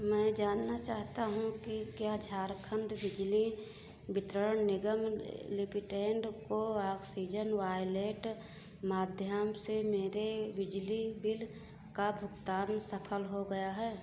मैं जानना चाहता हूँ कि क्या झारखंड बिजली वितरण निगम लिपिटेन्ड को ऑक्सीजन वॉलेट माध्यम से मेरे बिजली बिल का भुगतान सफल हो गया है